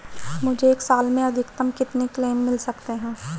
मुझे एक साल में अधिकतम कितने क्लेम मिल सकते हैं?